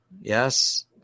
yes